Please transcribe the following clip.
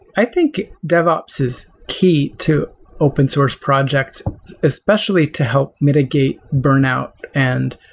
i think devops is key to open-source project especially to help mitigate burnout and